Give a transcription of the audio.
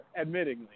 admittingly